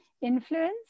influence